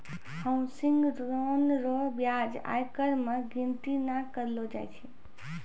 housing loan रो ब्याज आयकर मे गिनती नै करलो जाय छै